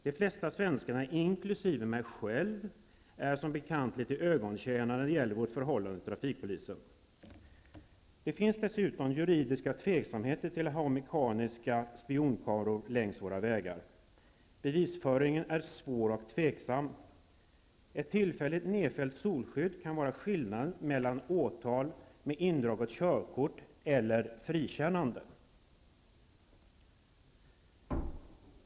De flesta svenskar, inkl. mig själv, är som bekant litet ögontjänare när det gäller vårt förhållande till trafikpolisen. Det finns dessutom juridiska tveksamheter till att ha mekaniska spionkameror längs våra vägar. Bevisföringen är svår och tveksam. Ett tillfälligt nedfällt solskydd kan vara skillnaden mellan åtal, med indraget körkort som följd, eller frikännande.